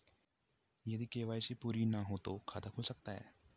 यदि के.वाई.सी पूरी ना हो तो खाता खुल सकता है?